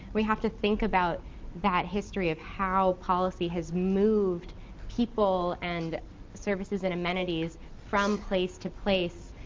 we have to think about that history of how policy has moved people and services and amenities from place to place,